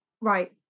right